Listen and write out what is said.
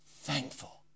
thankful